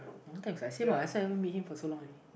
long time same what I also haven't meet him for so long already